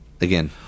Again